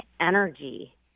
energy